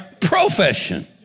profession